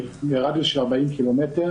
ברדיוס של 40 ק"מ.